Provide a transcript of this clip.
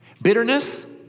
Bitterness